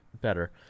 better